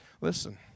Listen